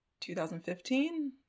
2015